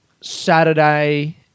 Saturday